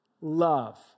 love